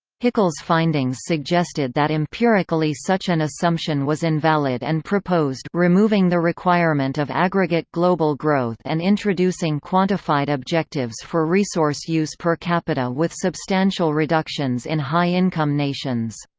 hickle's findings suggested that empirically such an assumption was invalid and proposed removing the requirement of aggregate global growth and introducing quantified objectives for resource use per capita with substantial reductions in high-income nations.